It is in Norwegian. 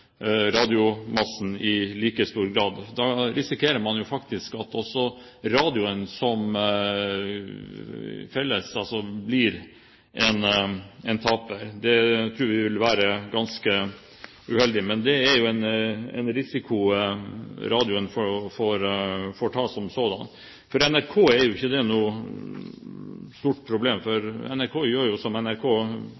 i like stor grad. Da risikerer man jo faktisk at også radioen som sådan blir en taper. Det tror vi vil være ganske uheldig, men det er en risiko radioen får ta. For NRK er ikke det noe stort problem.